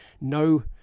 no